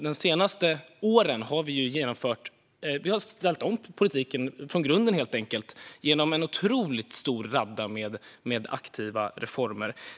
De senaste åren har vi ställt om politiken från grunden genom en otroligt lång radda med aktiva reformer.